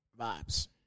vibes